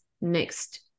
next